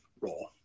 role